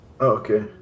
Okay